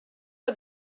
for